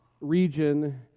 region